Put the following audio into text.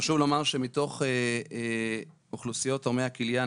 חשוב לומר שמתוך אוכלוסיות תורמי הכליה,